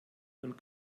und